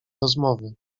rozmowy